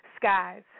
skies